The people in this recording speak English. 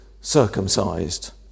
circumcised